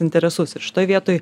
interesus ir šitoj vietoj